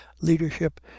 leadership